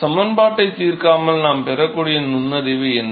சமன்பாட்டைத் தீர்க்காமல் நாம் பெறக்கூடிய நுண்ணறிவு என்ன